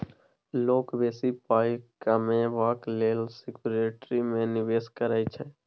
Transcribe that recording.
लोक बेसी पाइ कमेबाक लेल सिक्युरिटी मे निबेश करै छै